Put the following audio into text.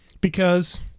Because-